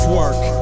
work